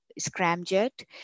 scramjet